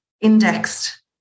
indexed